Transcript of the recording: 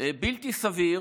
בלתי סביר,